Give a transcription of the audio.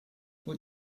what